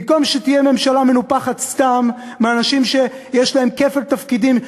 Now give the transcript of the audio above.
במקום שתהיה ממשלה מנופחת סתם מאנשים שיש להם כפל תפקידים,